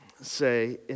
say